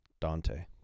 Dante